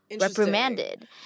reprimanded